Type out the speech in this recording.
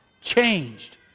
changed